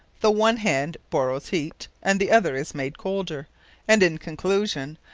the one hand borrows heat, and the other is made colder and in conclusion,